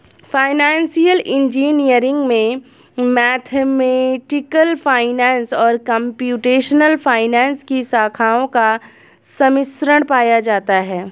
financial engineering में mathematical finance और computational finance की शाखाओं का सम्मिश्रण पाया जाता है